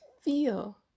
feel